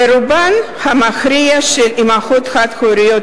ורובן המכריע של האמהות החד-הוריות